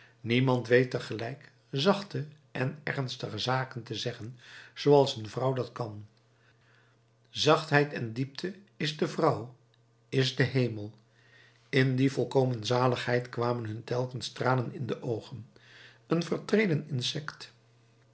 niemand weet tegelijk zachte en ernstige zaken te zeggen zooals een vrouw dat kan zachtheid en diepte is de vrouw is de hemel in die volkomen zaligheid kwamen hun telkens tranen in de oogen een vertreden insect